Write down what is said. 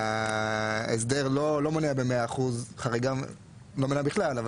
ההסדר לא מונע ב-100% חריגה, לא מונע בכלל.